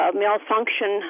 malfunction